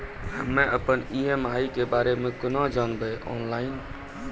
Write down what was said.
हम्मे अपन ई.एम.आई के बारे मे कूना जानबै, ऑनलाइन?